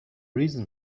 reason